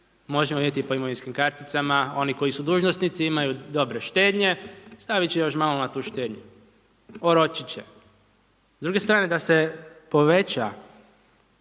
možemo vidjeti po imovinskim karticama, oni koji su dužnosnici imaju dobre štednje, staviti ću još malo na tu štednju, oročiti ću. S druge strane da se poveća,